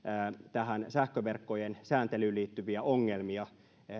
tähän sähköverkkojen sääntelyyn liittyviä ongelmia